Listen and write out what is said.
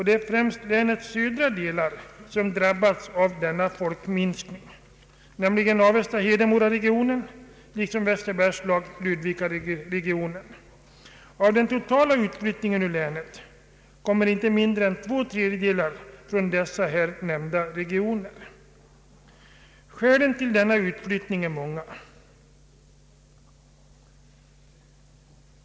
Det är främst länets södra delar som drabbats av denna folkminskning, nämligen Avesta— Hedemoraregionen och Västerbergslag —Ludvikaregionen. Av den totala utflyttningen ur länet kommer inte mindre än två tredjedelar från här nämnda regioner. Skälen till denna utflyttning är många.